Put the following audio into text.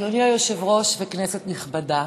אדוני היושב-ראש, כנסת נכבדה,